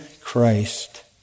Christ